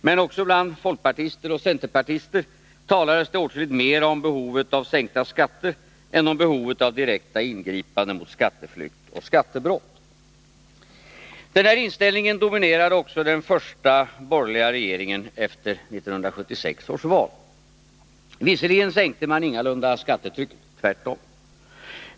Men också bland folkpartister och centerpartister talades det åtskilligt mer om behovet av sänkta skatter än om behovet av direkta ingripanden mot skatteflykt och skattebrott. Den här inställningen dominerade också den första torgerliga regeringen efter 1976 års val. Visserligen sänkte man ingalunda skattetrycket, tvärtom.